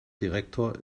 direktor